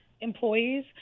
employees